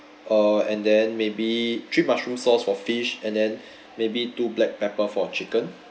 uh and then maybe three mushroom sauce for fish and then maybe two black pepper for chicken